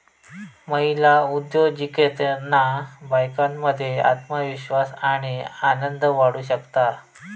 महिला उद्योजिकतेतना बायकांमध्ये आत्मविश्वास आणि आनंद वाढू शकता